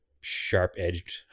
sharp-edged